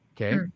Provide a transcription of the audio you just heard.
Okay